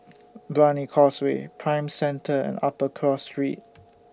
Brani Causeway Prime Centre and Upper Cross Street